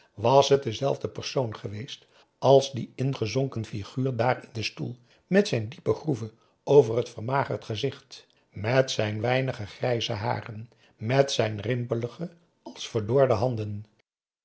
was het dezelfde persoon geweest als die ingezonken figuur daar in den stoel met zijn diepe groeve over het vermagerd gezicht met zijn weinige grijze haren met zijn rimpelige als verdorde handen